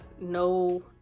no